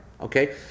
Okay